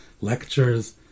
lectures